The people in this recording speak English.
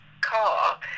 car